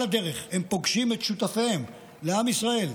על הדרך הם פוגשים את שותפיהם לעם ישראל,